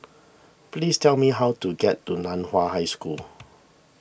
please tell me how to get to Nan Hua High School